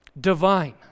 divine